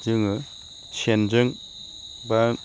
जोङो सेनजों एबा